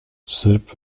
sırp